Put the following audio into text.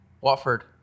Watford